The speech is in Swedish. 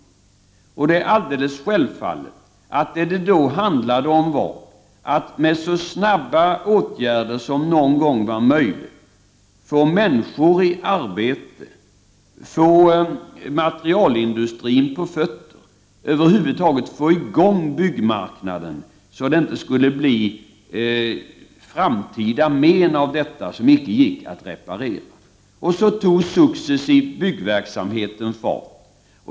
Det är alldeles självklart att det då handlade om att så snabbt som det någonsin var möjligt få människor i arbete, få materialindustrin på fötter, över huvud taget få i gång byggmarknaden så att det inte skulle bli framtida men som inte gick att reparera. Så tog successivt byggverksamheten fart.